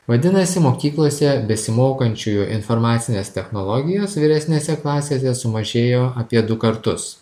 vadinasi mokyklose besimokančiųjų informacines technologijas vyresnėse klasėse sumažėjo apie du kartus